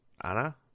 Anna